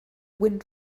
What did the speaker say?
wind